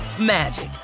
magic